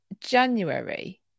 January